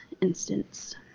instance